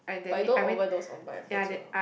but you don't overdose on pineapple 极好